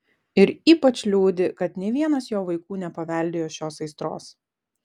ir ypač liūdi kad nė vienas jo vaikų nepaveldėjo šios aistros